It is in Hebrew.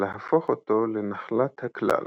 ולהפוך אותו לנחלת הכלל.